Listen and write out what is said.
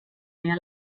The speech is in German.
mehr